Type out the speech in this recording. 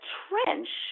trench